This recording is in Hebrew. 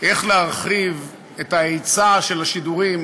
איך להרחיב את ההיצע של השידורים